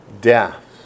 death